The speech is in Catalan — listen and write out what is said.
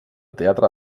teatre